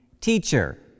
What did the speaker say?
Teacher